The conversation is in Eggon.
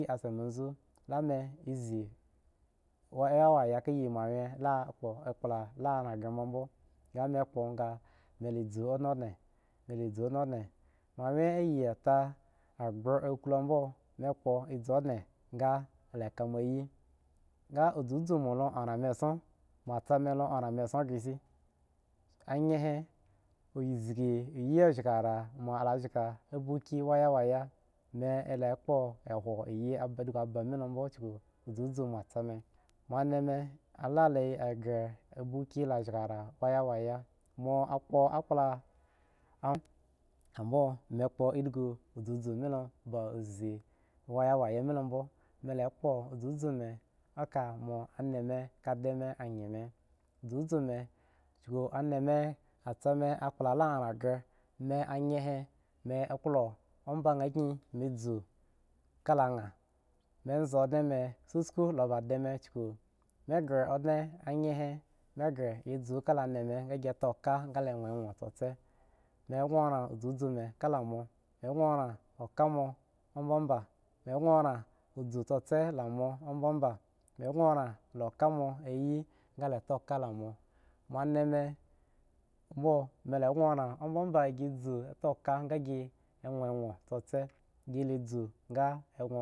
mi ze wa wa ka yi ma awyen la ran gra bmo ga mi kpo ga mi zi ondan andan moanugen yeta agro akulu bmo mo mi kpo mi zu ondan ondan ge mi la ka moyi zuzu mo la aran mi esson ma sami lo a ran mi eson kishe ayen he zhgi za shga ara mo buki wa waye mi klo yi a bwa mi be lo bmo zuzu mo semi ma anan la gre buk shga ara waza waga ma kpo yakpla bmo m gakplaze waya waga bmo mi la kpo zuzu mi ka mo ananmi la anda mi za mi za mi ananmi as mi akpla arangre mi zu ka angy mi bzi onden mi suskw la ba andan mi kuku ki ge onden ye mi zu ka anana mi ga yi toka ga gi how mi ghon oran zu mi kamo amo mi ghon oran a kamo oba obma mi ghor oran ka moyi la toka lamo mo nima oba abim zu sosa ga gi toka sasa nga ome.